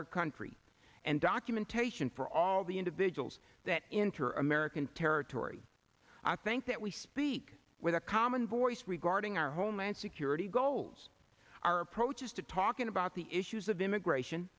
our country and documentation for all the individuals that interim merican territory i think that we speak with a common voice regarding our homeland security goals our approaches to talking about the issues of immigration